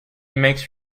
makes